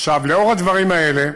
לאור הדברים האלה,